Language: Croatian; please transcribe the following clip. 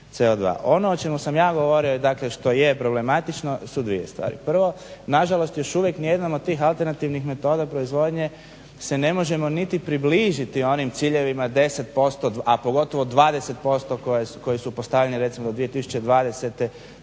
Ono o čemu sam ja govorio i dakle što je problematično su dvije stvari. Prvo, na žalost još uvijek ni jednom od tih alternativnih metoda proizvodnje se ne možemo niti približiti onim ciljevima 10%, a pogotovo 20% koji su postavljene recimo do 2020. kao